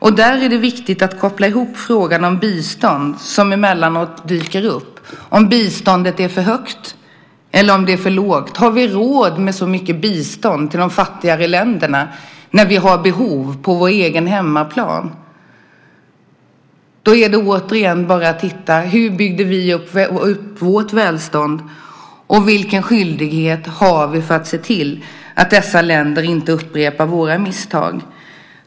Och där är det viktigt att koppla ihop frågan om bistånd som emellanåt dyker upp - om biståndet är för stort eller litet. Har vi råd med så mycket bistånd till de fattigare länderna när vi har behov på vår egen hemmaplan? Då är det återigen bara att titta på hur vi byggde upp vårt välstånd och vilken skyldighet som vi har att se till att dessa länder inte upprepar våra misstag.